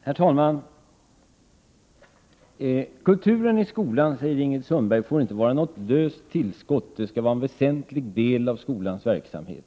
Herr talman! Kulturen i skolan, säger Ingrid Sundberg, får inte vara något löst tillskott. Den skall vara en väsentlig del av skolans verksamhet,